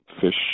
fish